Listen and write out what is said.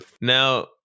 now